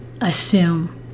assume